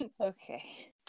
Okay